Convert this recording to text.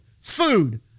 food